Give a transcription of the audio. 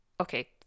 Okay